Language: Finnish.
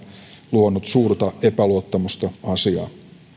luonut suurta epäluottamusta asiaan